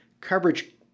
coverage